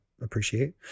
appreciate